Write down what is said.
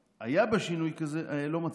שהיה בה שינוי כזה, אני לא מצאתי.